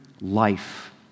life